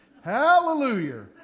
Hallelujah